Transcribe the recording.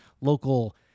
local